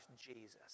Jesus